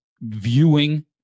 viewing